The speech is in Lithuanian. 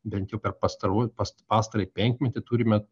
bent jau per pastarųjų past pastarąjį penkmetį turime